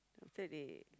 later they